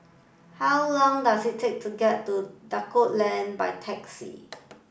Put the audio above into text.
how long does it take to get to Duku Lane by taxi